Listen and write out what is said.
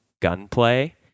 gunplay